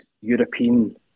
European